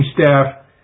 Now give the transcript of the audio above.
staff